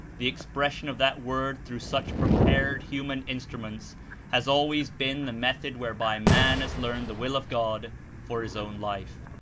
the expression of that word through such prepared human instru ments has always been the method whereby man has learned the will of god for his own life.